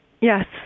Yes